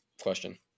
question